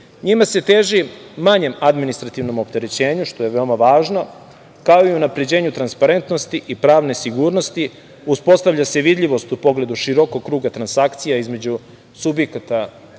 Njima se teži manjem administrativnom opterećenju što je veoma važno, kao i unapređenju transparentnosti, i pravne sigurnosti uspostavlja se vidljivost u pogledu širokog kruga transakcije između subjekata